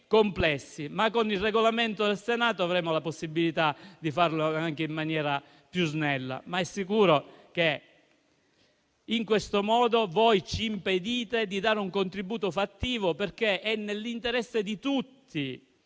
ma con il Regolamento del Senato avremo la possibilità di farlo anche in maniera più snella. Ma è sicuro che, in questo modo, voi ci impedite di dare un contributo fattivo, perché è nell'interesse di tutti